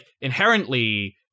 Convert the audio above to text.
inherently